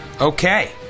Okay